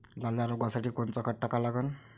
लाल्या रोगासाठी कोनचं खत टाका लागन?